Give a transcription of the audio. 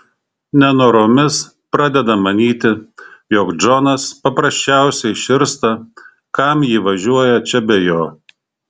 nenoromis pradeda manyti jog džonas paprasčiausiai širsta kam ji važiuoja čia be jo